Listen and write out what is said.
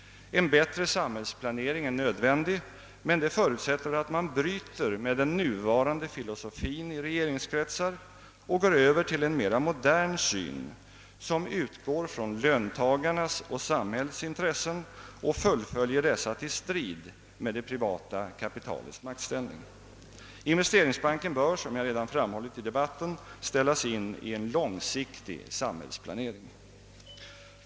En bättre samhällsplanering är nödvändig, men det förutsätter att man bryter med den nuvarande filosofin i regeringskretsar och går över till en mera modern syn som utgår från löntagarnas och samhällets intressen och fullföljer dessa i strid med det privata kapitalets maktställning. Investeringsbanken bör, som jag framhållit i debatten, ställas in i en långsiktig samhällsplanering.